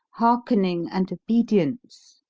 hearkening and obedience!